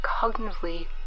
cognitively